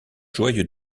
joyeux